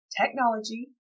technology